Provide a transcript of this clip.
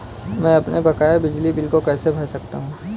मैं अपने बकाया बिजली बिल को कैसे भर सकता हूँ?